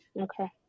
Okay